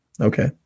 Okay